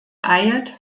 eilt